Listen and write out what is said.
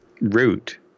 root